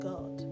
God